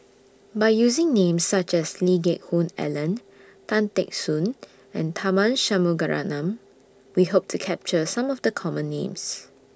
By using Names such as Lee Geck Hoon Ellen Tan Teck Soon and Tharman Shanmugaratnam We Hope to capture Some of The Common Names